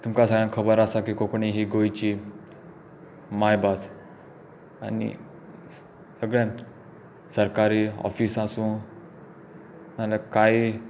तुमका सगळयांक खबर आसा की कोंकणी ही गोंयची मायभास आनी सगळ्याक सरकारी ऑफीस आसूं नाजाल्यार काही